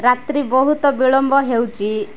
ରାତି ବହୁତ ବିଳମ୍ବ ହେଉଛି